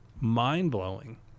mind-blowing